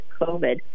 COVID